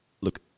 Look